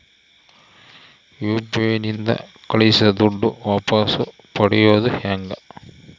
UPI ನಿಂದ ಕಳುಹಿಸಿದ ದುಡ್ಡು ವಾಪಸ್ ಪಡೆಯೋದು ಹೆಂಗ?